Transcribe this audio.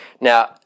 Now